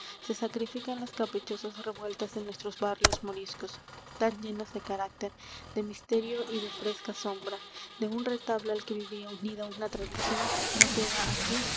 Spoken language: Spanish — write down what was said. se sacrifican las caprichosas revueltas de nuestros barrios moriscos tan llenos de carácter de misterio y de fresca sombra de un retablo al que vivía unida una tradición no queda aquí